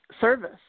service